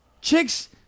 chicks